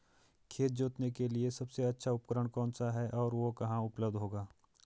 खेत जोतने के लिए सबसे अच्छा उपकरण कौन सा है और वह कहाँ उपलब्ध होगा?